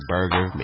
Burger